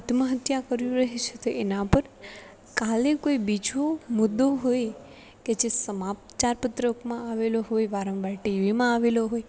આત્મહત્યા કર્યું રહે છે તો એના પર કાલે કોઈ બીજું મુદ્દો હોય કે જે સમાપ્ત ચાર પત્રકમાં આવેલો હોય વારંવાર ટીવીમાં આવેલો હોય